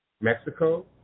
Mexico